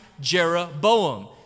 Jeroboam